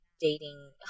dating